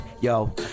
yo